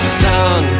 sun